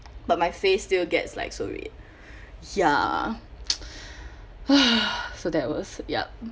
but my face still gets like so red ya so that was yup